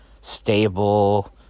stable